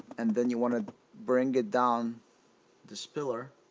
and then you want to bring it down this pillar